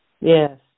Yes